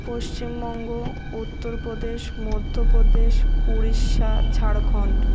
Paschimbanga Uttar Pradesh Madhya Pradesh Orissa Jharkhand